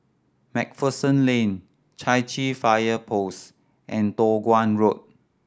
Macpherson Lane Chai Chee Fire Post and Toh Guan Road